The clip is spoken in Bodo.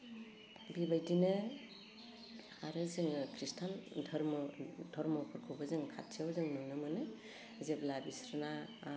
बेबायदिनो आरो जोङो ख्रिष्टान धोरमो धरम'फोरखौबो जों खाथियाव जों नुनो मोनो जेब्ला बिस्रोना